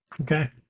okay